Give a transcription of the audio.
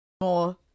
More